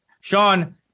Sean